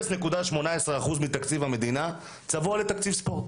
0.18% מתקציב המדינה צבוע לתקציב ספורט,